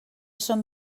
són